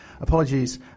Apologies